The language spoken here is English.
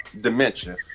dementia